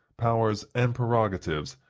powers, and prerogatives,